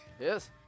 yes